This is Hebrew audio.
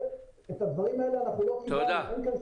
את הדברים האלה אנחנו לא קיבלנו.